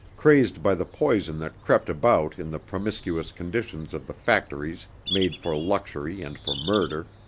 crazed by the poison that crept about in the promiscuous conditions of the factories made for luxury and for murder,